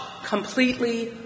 completely